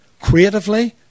creatively